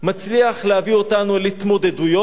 מצליח להביא אותנו להתמודדויות מוסריות,